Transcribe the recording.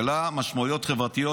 ויש לו משמעויות חברתיות,